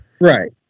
Right